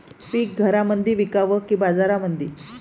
पीक घरामंदी विकावं की बाजारामंदी?